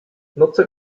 nutzer